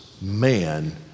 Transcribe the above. man